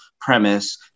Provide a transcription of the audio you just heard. premise